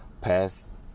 past